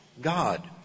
God